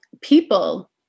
people